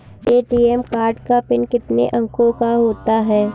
ATM card का PIN कितने अंकों का होता है?